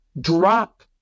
drop